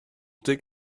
dig